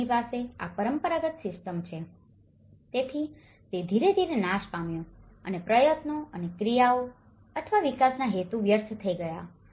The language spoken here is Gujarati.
તેમની પાસે આ પરંપરાગત સિસ્ટમ છે તેથી તે ધીરે ધીરે નાશ પામ્યું છે અને પ્રયત્નો અને ક્રિયાઓ અથવા વિકાસના હેતુઓ વ્યર્થ થઈ ગયા છે